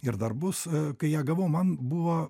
ir dar bus kai ją gavau man buvo